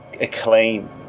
acclaim